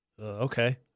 Okay